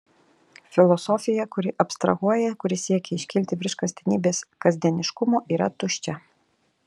filosofija kuri abstrahuoja kuri siekia iškilti virš kasdienybės kasdieniškumo yra tuščia